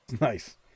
nice